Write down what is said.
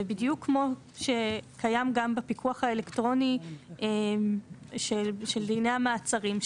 ובדיוק כמו שקיים גם בפיקוח האלקטרוני של דיני המעצרים,